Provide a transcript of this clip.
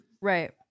Right